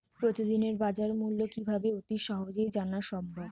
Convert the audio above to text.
প্রতিদিনের বাজারমূল্য কিভাবে অতি সহজেই জানা সম্ভব?